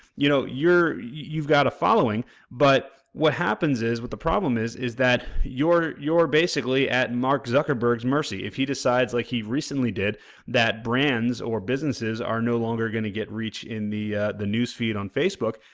you know, you're, you've got a following but what happens is, what the problem is is that you're you're basically at mark zucerberg's mercy. if he decides like he recently did that brands or business are no longer going to get reach in the the newsfeed on facebook,